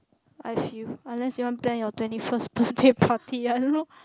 I feel unless you want plan your twenty first birthday party I don't know